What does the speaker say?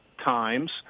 times